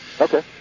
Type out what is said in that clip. Okay